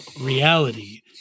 reality